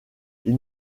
ils